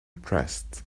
pressed